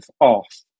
off